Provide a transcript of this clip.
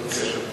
בדרך כלל בקשב,